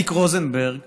הניק רוזנברג